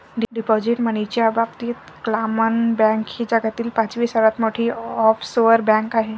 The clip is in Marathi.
डिपॉझिट मनीच्या बाबतीत क्लामन बँक ही जगातील पाचवी सर्वात मोठी ऑफशोअर बँक आहे